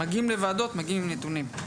מגיעים לוועדות מגיעים עם נתונים.